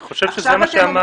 אני חושב שזה מה שאמרתי.